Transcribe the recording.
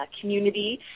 community